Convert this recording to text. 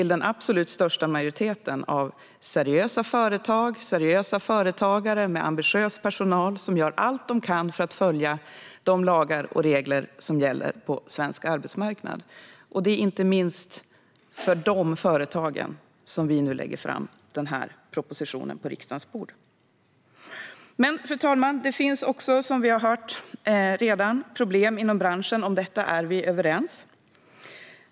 Den absoluta majoriteten av branschen består av seriösa företagare med ambitiös personal som gör allt de kan för att följa lagar och regler på svensk arbetsmarknad. Det är inte minst för de företagen som den här propositionen läggs fram på riksdagens bord. Fru talman! Det finns dock problem inom branschen, vilket vi redan har hört. Om detta är vi överens.